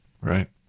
Right